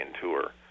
tour